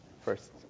First